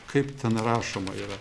kaip ten rašoma yra